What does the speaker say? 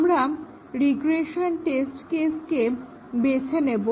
আমরা রিগ্রেশন টেস্টকে বেছে নেব